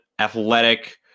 athletic